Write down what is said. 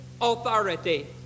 authority